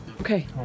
Okay